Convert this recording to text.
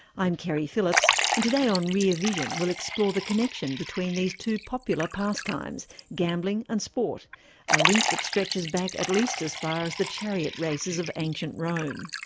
i'm keri phillips and today on rear vision we'll explore the connection between these two popular pastimes gambling and sport a link that stretches back at least as far as the chariot races of ancient rome.